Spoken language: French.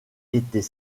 était